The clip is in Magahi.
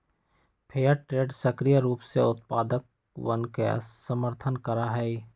फेयर ट्रेड सक्रिय रूप से उत्पादकवन के समर्थन करा हई